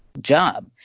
job